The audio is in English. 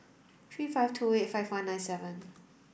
three five two eight five one nine seven